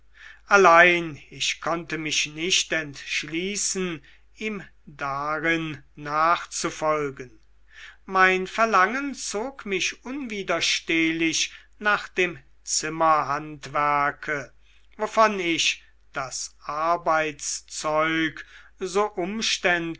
allein ich konnte mich nicht entschließen ihm darin nachzufolgen mein verlangen zog mich unwiderstehlich nach dem zimmerhandwerke wovon ich das arbeitszeug so